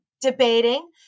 debating